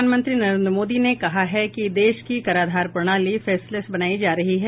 प्रधानमंत्री नरेन्द्र मोदी नेकहा है कि देश की कराधान प्रणाली फेसलैस बनाई जा रही है